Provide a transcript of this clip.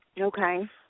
Okay